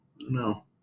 No